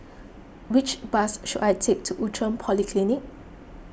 which bus should I take to Outram Polyclinic